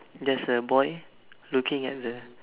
there's a boy looking at the